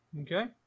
Okay